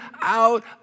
out